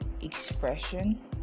expression